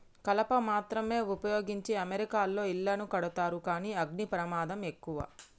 కలప మాత్రమే వుపయోగించి అమెరికాలో ఇళ్లను కడతారు కానీ అగ్ని ప్రమాదం ఎక్కువ